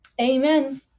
Amen